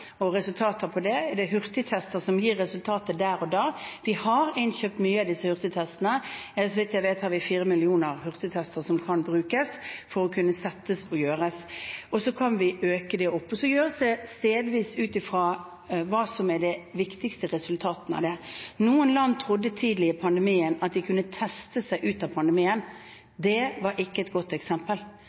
og resultater av det? Er det hurtigtester som gir resultater der og da? Vi har innkjøpt mange av disse hurtigtestene. Så vidt jeg vet, har vi fire millioner hurtigtester som kan brukes, og så kan vi øke det. Så gjøres det stedvis, ut fra hva som er de viktigste resultatene av dette. Noen land trodde tidlig i pandemien at de kunne teste seg ut av pandemien. Det var ikke et godt eksempel,